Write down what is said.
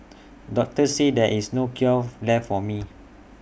doctors said there is no cure left for me